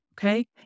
okay